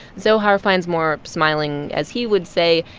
zohar finds more smiling, as he would say,